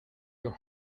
your